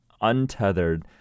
untethered